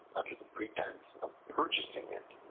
under the pretense of purchasing it.